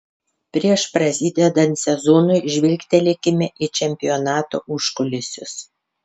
prieš prasidedant sezonui žvilgtelėkime į čempionato užkulisius